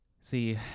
See